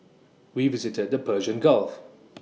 we visited the Persian gulf